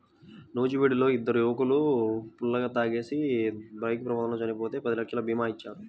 నూజివీడులో ఇద్దరు యువకులు ఫుల్లుగా తాగేసి బైక్ ప్రమాదంలో చనిపోతే పది లక్షల భీమా ఇచ్చారు